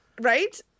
Right